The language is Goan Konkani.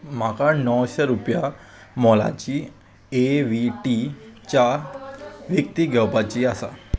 म्हाका णवशे रुपया मोलाची ए व्ही टी च्या व्यक्ती घेवपाची आसा